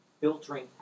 filtering